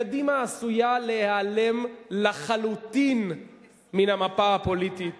קדימה עשויה להיעלם לחלוטין מן המפה הפוליטית